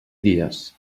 dies